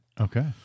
Okay